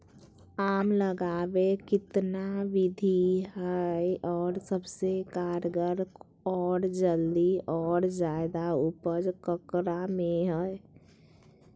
आम लगावे कितना विधि है, और सबसे कारगर और जल्दी और ज्यादा उपज ककरा में है?